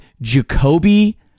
Jacoby